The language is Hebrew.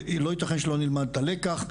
לא יתכן שלא נלמד את הלקח.